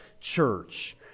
church